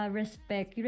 respect